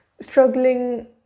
struggling